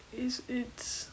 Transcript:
is it's